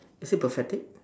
is it pathetic